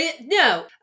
No